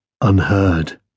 unheard